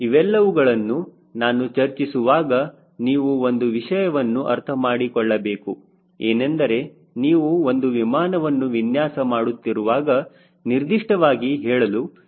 ಇವೆಲ್ಲವುಗಳನ್ನು ನಾನು ಚರ್ಚಿಸುವಾಗ ನೀವು ಒಂದು ವಿಷಯವನ್ನು ಅರ್ಥಮಾಡಿಕೊಳ್ಳಬೇಕು ಏನೆಂದರೆ ನೀವು ಒಂದು ವಿಮಾನವನ್ನು ವಿನ್ಯಾಸ ಮಾಡುತ್ತಿರುವಾಗ ನಿರ್ದಿಷ್ಟವಾಗಿ ಹೇಳಲು ಸಾಧ್ಯವಿಲ್ಲ